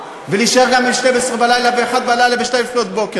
להישאר גם עד 24:00 ו-01:00 ו-02:00,